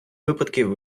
випадків